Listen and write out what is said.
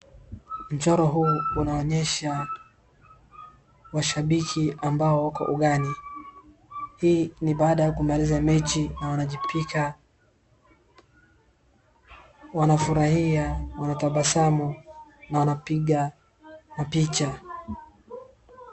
Mchoro huu unaonyesha, washabiki ambao wako ugani. Hii ni baada ya kumaliza mechi na wanajipiga, wanafurahia, wanatabasamu na wanapiga mapicha.